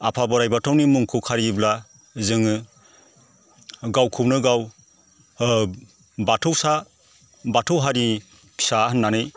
आफा बोराइ बाथौनि मुंखौ खारियोब्ला जोङो गावखौनो गाव ओ बाथौसा बाथौ हारि फिसा होननानै